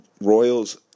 Royals